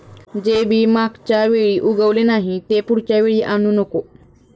जे बी मागच्या वेळी उगवले नाही, ते पुढच्या वेळी आणू नको